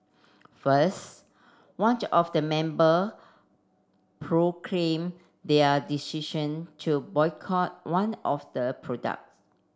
first of the member proclaimed their decision to boycott one of the product